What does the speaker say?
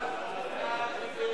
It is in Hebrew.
כהצעת הוועדה,